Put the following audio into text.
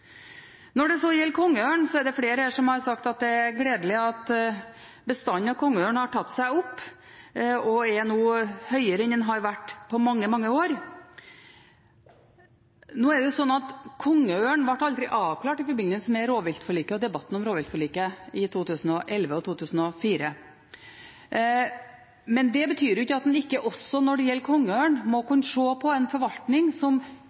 det flere som har sagt at det er gledelig at bestanden av kongeørn har tatt seg opp og nå er større enn den har vært på mange, mange år. Forvaltningen av kongeørn ble aldri avklart i forbindelse med rovviltforliket og debatten om rovviltforliket i 2011 og 2004. Det betyr ikke at man ikke også når det gjelder kongeørn, må kunne se på en forvaltning som